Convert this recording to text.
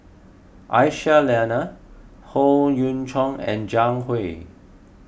Aisyah Lyana Howe Yoon Chong and Zhang Hui